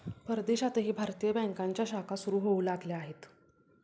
परदेशातही भारतीय बँकांच्या शाखा सुरू होऊ लागल्या आहेत